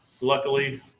luckily